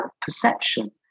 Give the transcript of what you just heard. perception